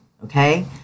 Okay